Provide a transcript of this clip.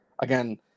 again